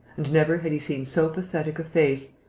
and never had he seen so pathetic a face,